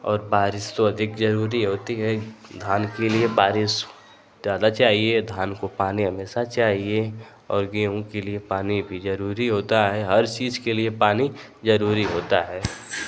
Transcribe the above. और बारिश तो अधिक जरूरी होती है धान के लिए बारिश ज़्यादा चाहिए धान को पानी हमेशा चाहिए और गेहूँ के लिए पानी भी जरूरी होता है हर चीज के पानी जरूरी होता है